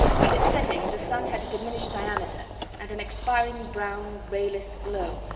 at its setting the sun had a diminished diameter and an expiring brown, rayless glow,